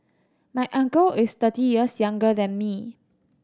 my uncle is thirty years younger than me